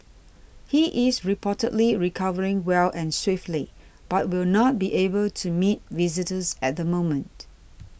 he is reportedly recovering well and swiftly but will not be able to meet visitors at the moment